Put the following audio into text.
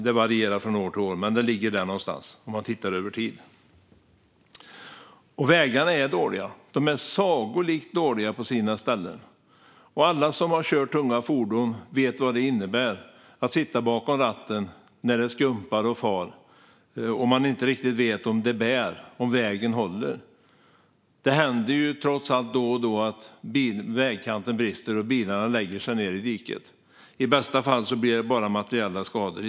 Det varierar från år till år, men det ligger där någonstans om man tittar över tid. Vägarna är dåliga. De är sagolikt dåliga på sina ställen. Och alla som har kört tunga fordon vet vad det innebär att sitta bakom ratten när det skumpar och far och man inte riktigt vet om det bär och om vägen håller. Det händer trots allt då och då att vägkanten brister och att bilarna hamnar i diket. I bästa fall blir det bara materiella skador.